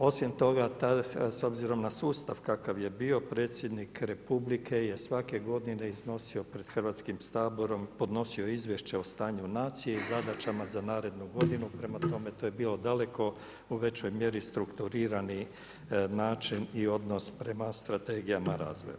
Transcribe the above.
Osim toga, s obzirom na sustav kakav je bio predsjednik Republike je svake godine podnosio pred Hrvatskim saborom, podnosio izvješće o stanju naciji i zadaćama za narednu godinu, prema tome, to je bilo daleko u većoj mjeri strukturirani način i odnos prema strategijama razvoja.